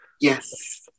Yes